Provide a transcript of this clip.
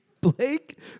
Blake